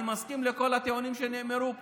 אני מסכים לכל הטיעונים שנאמרו פה.